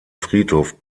friedhof